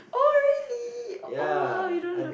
oh really oh !wow! you don't look